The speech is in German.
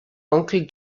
onkel